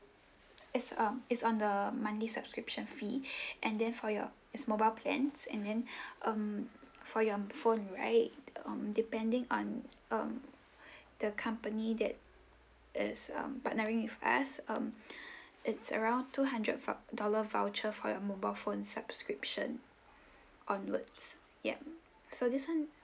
it's um it's on the monthly subscription fee and then for your it's mobile plans and then um for your um phone right um depending on um the company that is um partnering with us um it's around two hundred vou~ dollar voucher for your mobile phone subscription onwards yup so this one